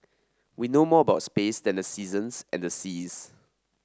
we know more about space than the seasons and the seas